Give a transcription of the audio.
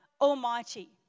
Almighty